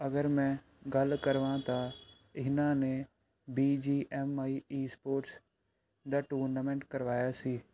ਅਗਰ ਮੈਂ ਗੱਲ ਕਰਾਂ ਤਾਂ ਇਹਨਾਂ ਨੇ B G M I esports ਦਾ ਟੂਰਨਾਮੈਂਟ ਕਰਵਾਇਆ ਸੀ